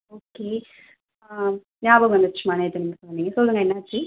okay ஞாபகம் வந்துடுச்சும்மா நேற்று வந்துருந்தீங்க சொல்லுங்கள் என்னாச்சு